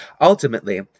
Ultimately